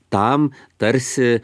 tam tarsi